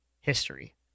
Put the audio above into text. history